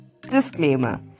disclaimer